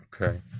Okay